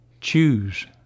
choose